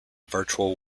virtual